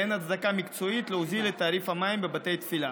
ואין הצדקה מקצועית להוזיל את תעריף המים בבתי תפילה.